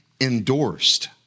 endorsed